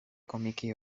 komiki